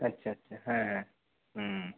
আচ্ছা আচ্ছা হ্যাঁ হুম